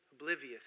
oblivious